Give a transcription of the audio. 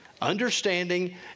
understanding